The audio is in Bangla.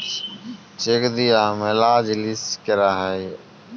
চেক দিয়া ম্যালা জিলিস ক্যরা হ্যয়ে